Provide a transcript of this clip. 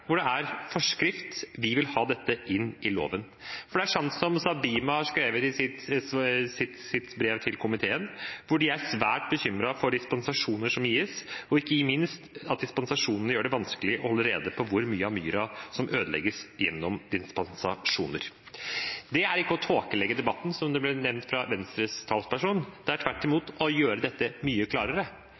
Det er en forskrift. Vi vil ha dette inn i loven. Det er sant som Sabima har skrevet i sitt brev til komiteen: «Vi ser med bekymring på dispensasjoner som gis, og ikke minst at det er vanskelig å holde rede på hvor mye myr som ødelegges gjennom dispensasjoner fra nydyrkingsforbudet.» Det er ikke å tåkelegge debatten, som det ble sagt av Venstres talsperson. Det er tvert imot å gjøre dette mye klarere.